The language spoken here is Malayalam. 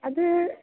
അത്